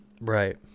Right